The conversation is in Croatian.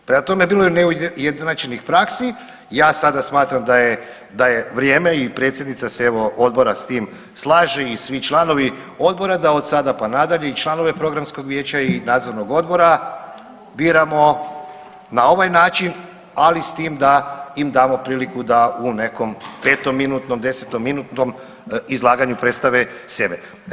Prema tome, bilo je neujednačenih praksi i ja sada smatram da je vrijeme i predsjednica se evo odbora s tim slaže i svi članovi odbora da od sada pa nadalje i članove programskog vijeća i nadzornog odbora biramo na ovaj način, ali s tim da im damo priliku da u nekom petominutnom, desetominutnom izlaganju predstave sebe.